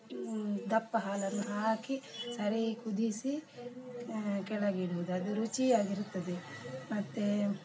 ದಪ್ಪ ಹಾಲನ್ನು ಹಾಕಿ ಸರಿ ಕುದಿಸಿ ಕೆಳಗಿಡೋದು ಅದು ರುಚಿಯಾಗಿರುತ್ತದೆ ಮತ್ತೆ